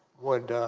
would